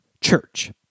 church